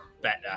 better